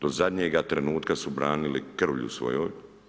Do zadnjega trenutka su branili krvlju svojom.